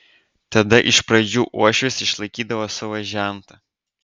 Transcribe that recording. tada iš pradžių uošvis išlaikydavo savo žentą